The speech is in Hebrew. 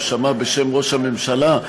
הוא שמע "בשם ראש הממשלה".